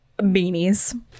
beanies